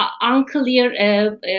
unclear